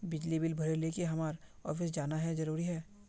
बिजली बिल भरे ले की हम्मर ऑफिस जाना है जरूरी है?